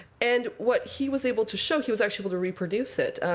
and what he was able to show he was actually able to reproduce it.